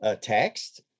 text